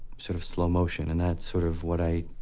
sort of slow motion. and that's sort of what i,